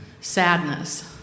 sadness